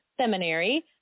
seminary